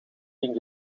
ging